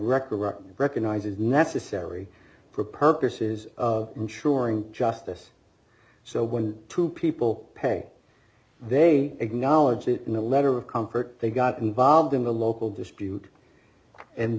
recorrect recognize is necessary for purposes of ensuring justice so when two people pay they acknowledged it in a letter of comfort they got involved in the local dispute and